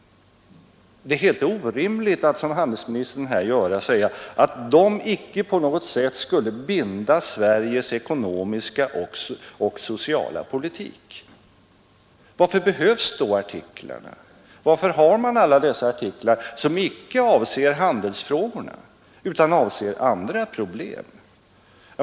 Det är helt orimligt att påstå, som handelsministern här gör, att de icke på något sätt skulle binda Sveriges ekonomiska och sociala politik. Varför behövs då artiklarna? Varför har man alla dessa artiklar, som icke avser handelsfrågorna utan avser andra problem?